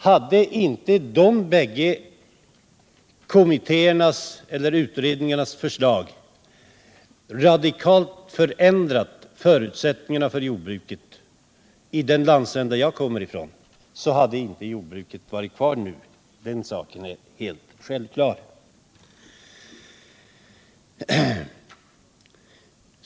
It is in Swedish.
Hade inte de två utredningarnas förslag radikalt ändrat förutsättningarna för jordbruket i = Jordbrukspolitiden landsända jag kommer ifrån, hade inte jordbruket funnits kvar nu. ken, m.m. Den saken är helt klar.